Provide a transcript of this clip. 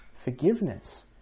forgiveness